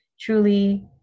truly